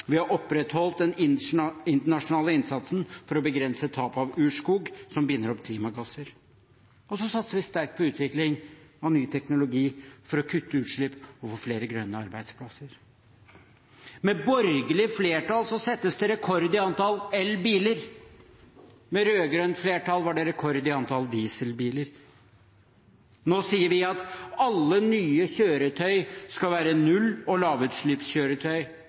Vi har opprettholdt den internasjonale innsatsen for å begrense tap av urskog som binder opp klimagasser. Vi satser sterkt på utvikling av ny teknologi for å kutte utslipp og få flere grønne arbeidsplasser. Med borgerlig flertall settes det rekord i antall elbiler, med rød-grønt flertall var det rekord i antall dieselbiler. Nå sier vi at alle nye kjøretøy skal være null- og lavutslippskjøretøy